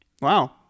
wow